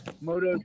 Moto